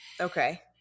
Okay